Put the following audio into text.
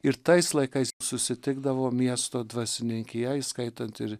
ir tais laikais susitikdavo miesto dvasininkija įskaitant ir